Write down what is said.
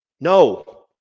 No